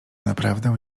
naprawdę